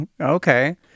Okay